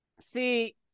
See